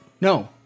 No